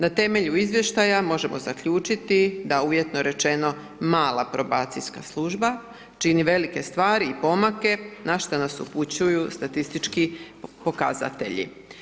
Na temelju izvještaja možemo zaključiti da uvjetno rečeno mala probacijska služba čini velike stvari i pomake na šta nas upućuju statistički pokazatelji.